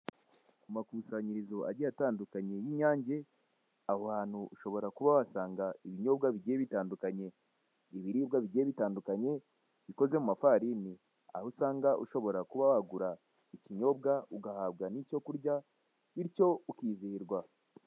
Amakusanyirizo agiye atandukanye y'inyange aho hantu ushobora kuba wasanga ibyinyobwa bigiye bitandukanye, ibiribwa bigiye bitandukanye bikozwe mu mafarini, aho usanga ushobora kuba wagura ikinyobwa ugahabwa n'icyo kurya bityo ukizihirwa.